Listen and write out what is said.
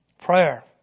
Prayer